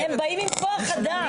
הם באים עם כוח אדם.